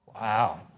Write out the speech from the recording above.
Wow